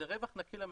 זה רווח נקי למדינה.